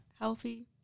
healthy